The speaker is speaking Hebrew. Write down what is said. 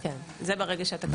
ברגע שהתקנות ---.